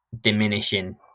diminishing